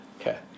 Okay